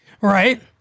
Right